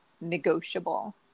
negotiable